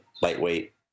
lightweight